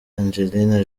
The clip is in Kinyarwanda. angelina